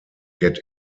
get